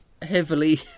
Heavily